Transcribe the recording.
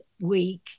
week